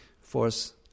force